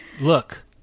Look